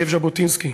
זאב ז'בוטינסקי.